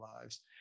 lives